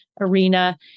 arena